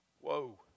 Whoa